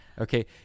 okay